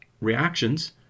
reactions